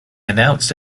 announced